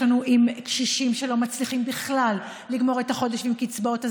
לנו עם קשישים שלא מצליחים בכלל לגמור את החודש עם קצבאות הזקנה.